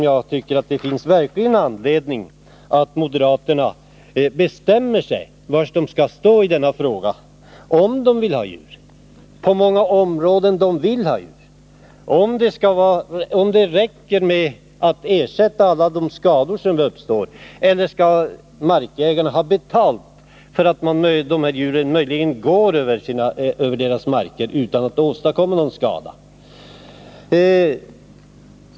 Jag tycker det finns anledning för moderaterna att bestämma sig för var de skall stå i denna fråga — om de vill ha dessa djur, på hur många områden de vill ha dem, om det räcker med att ersätta de skador som uppstår eller om markägaren också skall ha betalt för att djuren möjligen går över marken utan att åstadkomma någon skada.